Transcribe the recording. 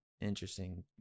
interesting